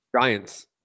Giants